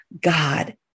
God